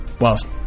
whilst